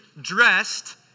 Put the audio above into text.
dressed